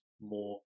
more